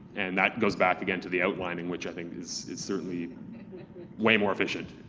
and that goes back again to the outlining which i think is certainly way more efficient,